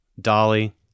Dolly